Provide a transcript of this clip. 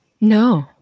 No